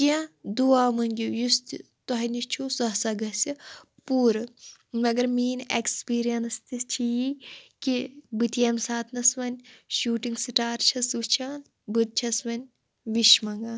کیٚنہہ دُعا مٔنٛگِو یُس تہِ تۄہہِ نِش چھو سُہ ہسا گژھِ پوٗرٕ مگر میٲنۍ اٮ۪کٕسپیریَنَس تہِ چھِ یِی کہِ بہٕ تہِ ییٚمہِ ساتنَس وٕنۍ شوٗٹِنٛگ سِٹار چھس وٕچھان بہٕ تہِ چھس وٕنۍ وِش مَنگان